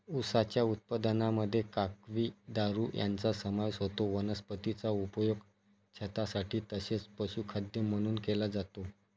उसाच्या उत्पादनामध्ये काकवी, दारू यांचा समावेश होतो वनस्पतीचा उपयोग छतासाठी तसेच पशुखाद्य म्हणून केला जातो